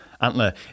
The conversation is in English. antler